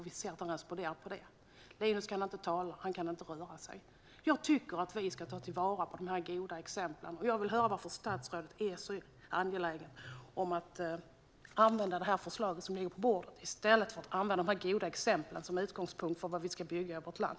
Vi ser att han responderar på det." Linus kan inte tala. Han kan inte röra sig. Jag tycker att vi ska ta vara på de här goda exemplen. Jag vill höra varför statsrådet är så angelägen om att använda förslaget som ligger på bordet i stället för att använda de goda exemplen som utgångspunkt för vad vi ska bygga i vårt land.